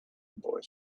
boy